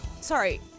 sorry